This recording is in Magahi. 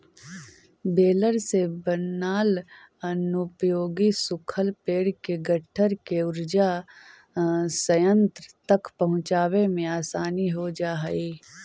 बेलर से बनाल अनुपयोगी सूखल पेड़ के गट्ठर के ऊर्जा संयन्त्र तक पहुँचावे में आसानी हो जा हई